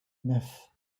neuf